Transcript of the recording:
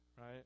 right